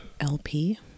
LP